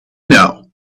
know